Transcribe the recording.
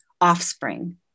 offspring